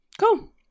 Cool